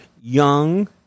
young